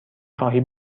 خواهی